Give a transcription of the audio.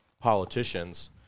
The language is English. politicians